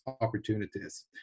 opportunities